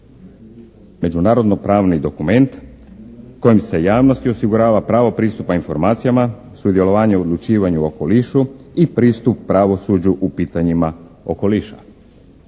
međunarodno-pravni dokument kojim se javnosti osigurava pravo pristupa informacijama, sudjelovanje o odlučivanju o okolišu i pristup pravosuđu u pitanjima okoliša.